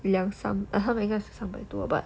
两三百 but 他们应该是三百多吧